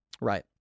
Right